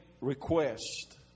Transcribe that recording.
request